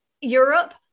Europe